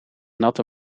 natte